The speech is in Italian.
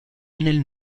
nel